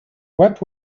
what